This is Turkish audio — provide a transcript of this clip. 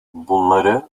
bunları